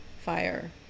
fire